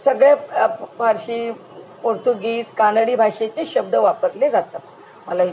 सगळ्या आप पारशी पोर्तुगीत कानडी भाषेचे शब्द वापरले जातात मला